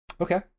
Okay